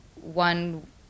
one